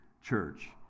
church